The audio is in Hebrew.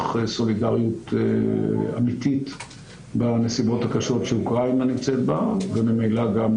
סולידריות אמיתית בנסיבות הקשות שאוקראינה נמצאת בה וממילא גם